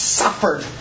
suffered